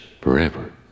forever